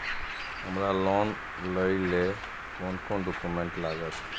हमरा लोन लाइले कोन कोन डॉक्यूमेंट लागत?